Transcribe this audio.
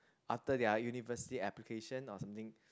after their university application or something